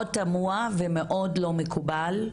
תמוה ולא מקובל עליי.